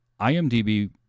IMDB